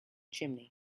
chimney